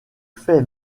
fait